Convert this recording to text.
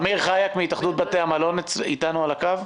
אמיר חייק מהתאחדות בתי המלון נמצא איתנו על הקו?